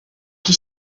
qui